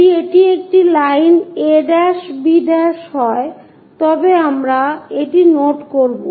যদি এটি একটি লাইন a' b' হয় তবে আমরা এটি নোট করব